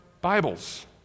Bibles